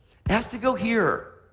it has to go here,